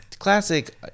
classic